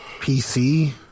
PC